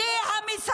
--- 7 באוקטובר.